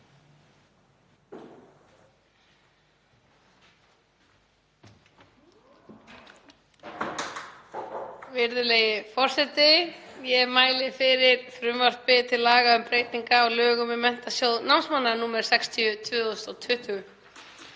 Virðulegi forseti. Ég mæli fyrir frumvarpi til laga um breytingu á lögum um Menntasjóð námsmanna, nr. 60/2020.